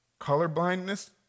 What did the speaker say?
colorblindness